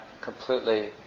completely